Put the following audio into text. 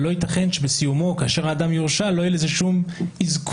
ולא ייתכן שאם בסיומו האדם יורשע לא יהיה לזה שום אזכור.